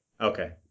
Okay